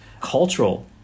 cultural